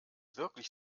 wirklich